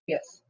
Yes